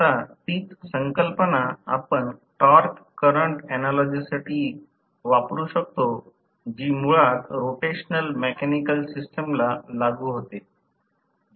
आता तीच संकल्पना आपण टॉर्क करंट ऍनालॉजीसाठी वापरु शकतो जी मुळात रोटेशनल मेकॅनिकल सिस्टमला लागू होते